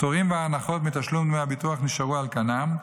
הפטורים וההנחות מתשלום דמי הביטוח נשארו על כנם,